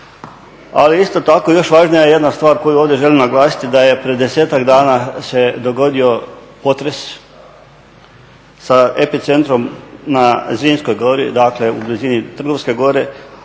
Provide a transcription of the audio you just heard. Ali isto tako još važnija je još jedna stvar koju ovdje želim naglasiti da je pred 10-ak dana se dogodio potres sa epicentrom na Zrinskoj gori, dakle u blizini Trgovske gore